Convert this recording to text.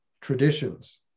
traditions